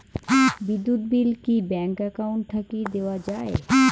বিদ্যুৎ বিল কি bank account থাকি দেওয়া য়ায়?